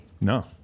No